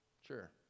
sure